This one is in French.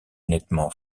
nettement